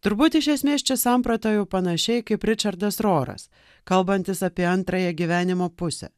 turbūt iš esmės čia samprotauju panašiai kaip ričardas roras kalbantis apie antrąją gyvenimo pusę